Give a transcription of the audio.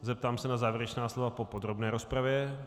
Zeptám se na závěrečná slova po podrobné rozpravě.